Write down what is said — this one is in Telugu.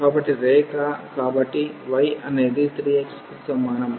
కాబట్టి రేఖ కాబట్టి y అనేది 3x కి సమానం